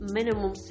minimum